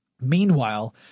Meanwhile